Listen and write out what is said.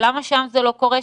למה שם זה לא קורה,